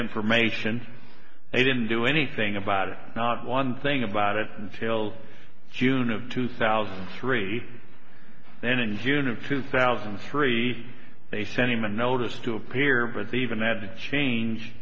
information they didn't do anything about it not one thing about it until june of two thousand and three then in june of two thousand and three they sent him a notice to appear but they even had to change